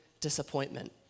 disappointment